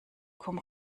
komm